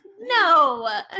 No